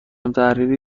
التحریر